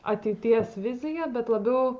ateities viziją bet labiau